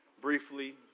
briefly